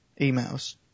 emails